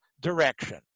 direction